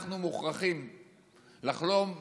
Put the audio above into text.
אנחנו מוכרחים לחלום.